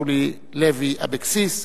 אורלי לוי אבקסיס,